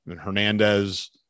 Hernandez